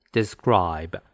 Describe